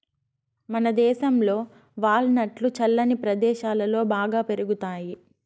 మనదేశంలో వాల్ నట్లు చల్లని ప్రదేశాలలో బాగా పెరుగుతాయి